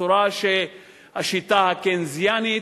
בשיטה הקיינסיאנית,